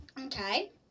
Okay